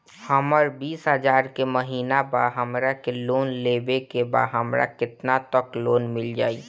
हमर बिस हजार के महिना बा हमरा के लोन लेबे के बा हमरा केतना तक लोन मिल जाई?